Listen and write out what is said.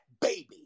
baby